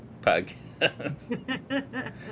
podcast